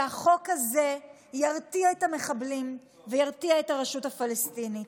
והחוק הזה ירתיע את המחבלים וירתיע את הרשות הפלסטינית.